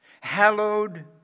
hallowed